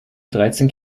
dreizehn